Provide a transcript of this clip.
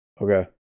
Okay